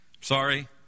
Sorry